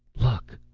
luck,